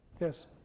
Yes